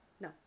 no